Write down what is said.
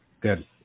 Good